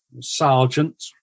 sergeant